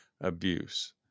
abuse